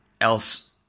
else